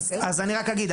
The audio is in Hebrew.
אני רק אגיד,